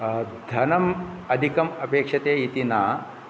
धनम् अधिकम् अपेक्षते इति न